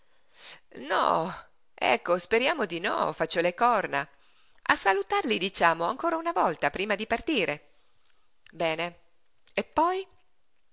no ecco speriamo di no faccio le corna a salutarli diciamo ancora una volta prima di partire bene e poi